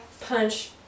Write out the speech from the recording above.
punch